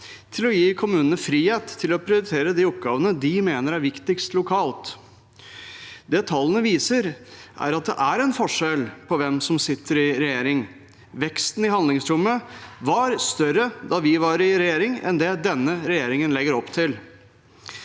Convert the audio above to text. til å gi kommunene frihet til å prioritere de oppgavene de mener er viktigst lokalt. Det tallene viser, er at det er forskjell på hvem som sitter i regjering. Veksten i handlingsrommet var større da vi var i regjering, enn det denne regjeringen legger opp til.